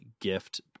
gift